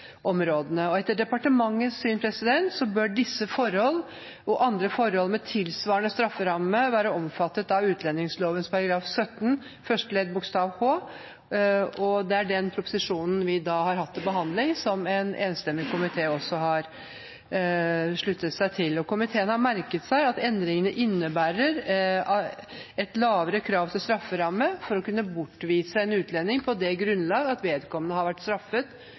Etter departementets syn bør disse forhold og andre forhold med tilsvarende strafferamme være omfattet av utlendingsloven § 17 første ledd bokstav h. Det er den proposisjonen vi har hatt til behandling, og som en enstemmig komité har sluttet seg til. Komiteen har merket seg at endringen innebærer et lavere krav til strafferamme for å kunne bortvise en utlending på det grunnlag at vedkommende har vært straffet